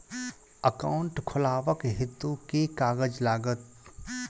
Account खोलाबक हेतु केँ कागज लागत?